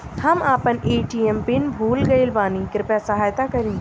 हम आपन ATM PIN भूल गईल बानी कृपया सहायता करी